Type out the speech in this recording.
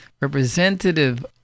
representative